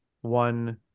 one